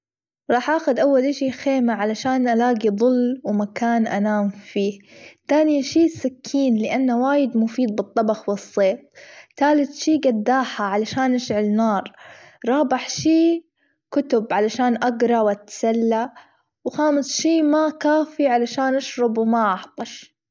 راح أخد أول أشي خيمة علشان الأجي ضل، ومكان أنام فيه، تاني شي سكين لأنه وايد مفيد بالطبخ، والصيد تالت شي جداحة علشان أشعل نار، رابع شي كتب علشان أجرا واتسلى، وخامس شي ماك كوفي علشان أشرب وما أعطش.